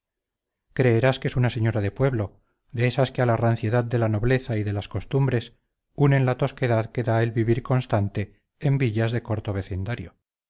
creerás que es una señora de pueblo de esas que a la ranciedad de la nobleza y de las costumbres unen la tosquedad que da el vivir constante en villas de corto vecindario